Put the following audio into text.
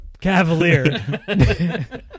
cavalier